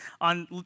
on